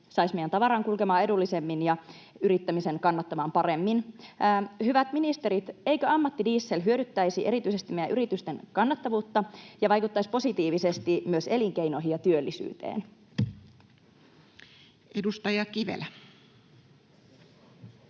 saisi meidän tavaran kulkemaan edullisemmin ja yrittämisen kannattamaan paremmin. Hyvät ministerit, eikö ammattidiesel hyödyttäisi erityisesti meidän yritysten kannattavuutta ja vaikuttaisi positiivisesti myös elinkeinoihin ja työllisyyteen? Edustaja Kivelä.